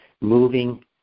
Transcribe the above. moving